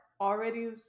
already